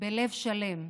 בלב שלם: